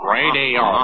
Radio